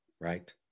right